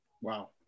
Wow